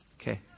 Okay